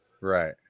Right